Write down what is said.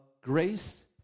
grace